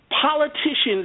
Politicians